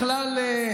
פה בכלל,